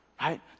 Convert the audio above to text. right